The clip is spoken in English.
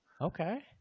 Okay